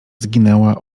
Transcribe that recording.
zginęła